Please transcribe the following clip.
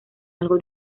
algo